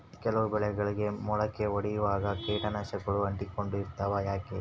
ಕೆಲವು ಬೆಳೆಗಳಿಗೆ ಮೊಳಕೆ ಒಡಿಯುವಾಗ ಕೇಟನಾಶಕಗಳು ಅಂಟಿಕೊಂಡು ಇರ್ತವ ಯಾಕೆ?